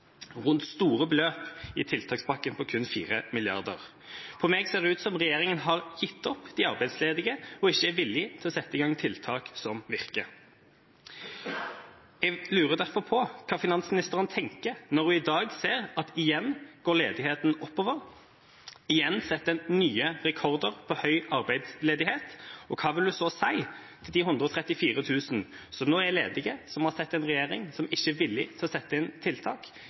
rundt store beløp i tiltakspakken på kun 4 mrd. kr. For meg ser det ut som om regjeringa har gitt opp de arbeidsledige og ikke er villig til å sette i gang tiltak som virker. Jeg lurer derfor på hva finansministeren tenker når hun i dag ser at igjen går ledigheten oppover, igjen setter en nye rekorder i høy arbeidsledighet. Hva vil hun så si til de 134 000 som nå er ledige, som har sett en regjering som ikke er villig til å sette inn tiltak?